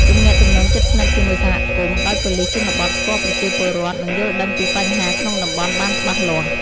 ទំនាក់ទំនងជិតស្និទ្ធជាមួយសហគមន៍ ដោយប៉ូលិសជនបទស្គាល់ប្រជាពលរដ្ឋ និងយល់ដឹងពីបញ្ហាក្នុងតំបន់បានច្បាស់លាស់។